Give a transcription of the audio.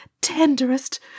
tenderest